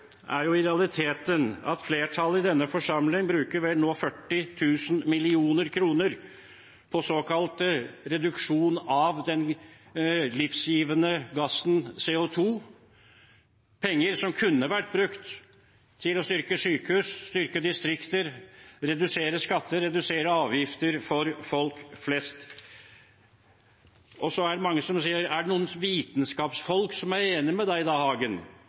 er i realiteten at flertallet i denne forsamling nå bruker 40 000 mill. kr på såkalt reduksjon av den livgivende gassen CO 2 – penger som kunne vært brukt til å styrke sykehus, styrke distrikter, redusere skatter, redusere avgifter for folk flest. Det er mange som sier: Er det noen vitenskapsfolk som er enig med